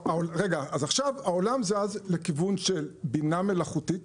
אז עכשיו העולם זז לכיוון של בינה מלאכותית.